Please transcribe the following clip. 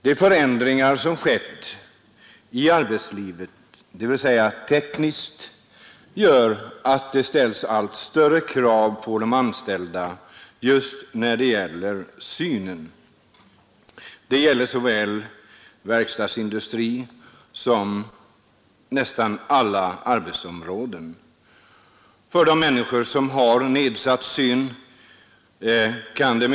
De förändringar som skett i arbetslivet tekniskt sett gör att allt större krav ställs på de anställda just när det gäller synen. Det gäller såväl inom verkstadsindustrin som inom nästan alla andra arbetsområden.